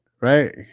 right